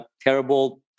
terrible